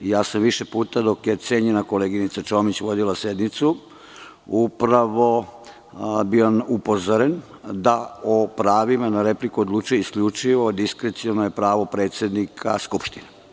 Više puta sam, dok je cenjena koleginica Čomić vodila sednicu, bio upozoren da o pravima na repliku odlučuje isključivo i diskreciono je pravo predsednika Skupštine.